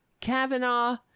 Kavanaugh